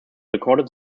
recorded